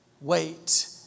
wait